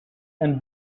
and